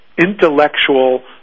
intellectual